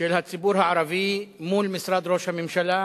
של הציבור הערבי מול משרד ראש הממשלה